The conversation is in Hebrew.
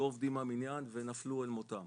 לא עובדים מהמניין ונפלו אל מותם.